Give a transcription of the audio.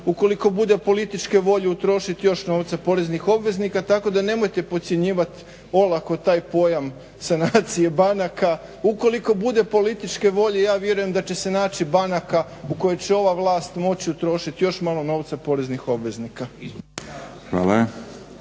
ukoliko bude političke volje utrošiti još novca poreznih obveznika tako da nemojte podcjenjivati olako taj pojam sanacije banaka. Ukoliko bude političke volje ja vjerujem da će se naći banaka u kojima će ova vlast moći utrošiti još malo novca poreznih obveznika.